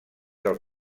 del